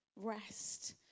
Rest